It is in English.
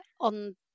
on